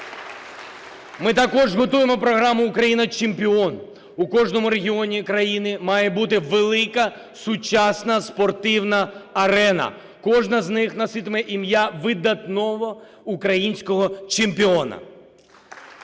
Ми також готуємо програму "Україна – чемпіон". У кожному регіоні країни має бути велика сучасна спортивна арена, кожна з них носитиме ім'я видатного українського чемпіона.